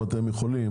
אם אתם יכולים,